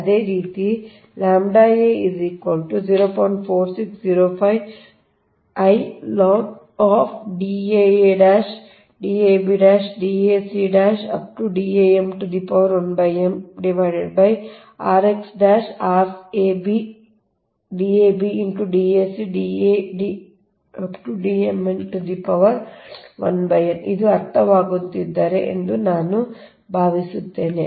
ಅದೇ ರೀತಿ ಇದು ಅರ್ಥವಾಗುವಂತಹದ್ದಾಗಿದೆ ಎಂದು ನಾನು ಭಾವಿಸುತ್ತೇನೆ